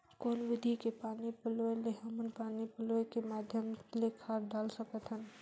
कौन विधि के पानी पलोय ले हमन पानी पलोय के माध्यम ले खाद डाल सकत हन?